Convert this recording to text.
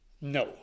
no